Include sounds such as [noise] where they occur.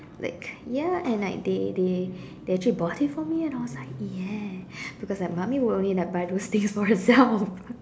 like ya and like they they they actually bought it for me and I was like ya because like mummy will only like buy those things for herself [laughs]